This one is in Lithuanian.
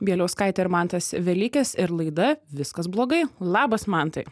bieliauskaitė ir mantas velykis ir laida viskas blogai labas mantai